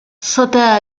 sota